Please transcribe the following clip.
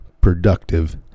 productive